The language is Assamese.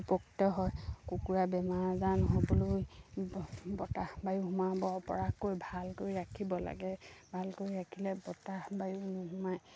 উপকৃত হয় কুকুৰা বেমাৰ আজাৰ নহ'বলৈ বতাহ বায়ু সোমাব পৰাকৈ ভালকৈ ৰাখিব লাগে ভালকৈ ৰাখিলে বতাহ বায়ু নোসোমাই